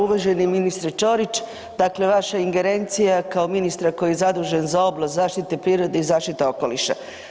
Uvaženi ministre Ćorić, dakle vaša ingerencija kao ministra koji je zadužen za oblast zaštite prirode i zaštite okoliša.